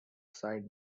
sight